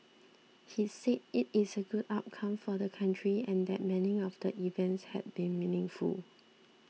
he said it is a good outcome for the country and that many of the events had been meaningful